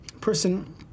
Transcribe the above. person